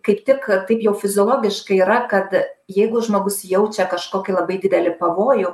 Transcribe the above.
kaip tik taip jau fiziologiškai yra kad jeigu žmogus jaučia kažkokį labai didelį pavojų